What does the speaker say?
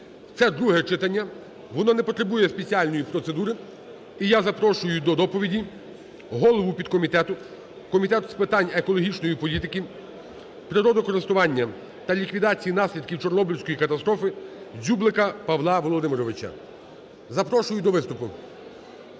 Це друге читання, воно не потребує спеціальної процедури. І я запрошую до доповіді голову підкомітету Комітету з питань екологічної політики, природокористування та ліквідації наслідків Чорнобильської катастрофи Дзюблика Павла Володимировича. Запрошую до виступу.